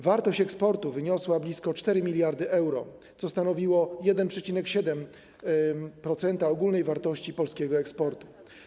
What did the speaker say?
Wartość eksportu wyniosła blisko 4 mld euro, co stanowiło 1,7% ogólnej wartości polskiego eksportu.